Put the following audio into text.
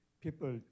people